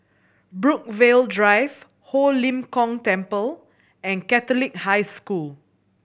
Brookvale Drive Ho Lim Kong Temple and Catholic High School